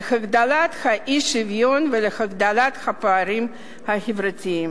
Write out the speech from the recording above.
להגדלת האי-שוויון ולהגדלת הפערים החברתיים.